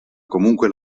comunque